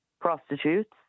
prostitutes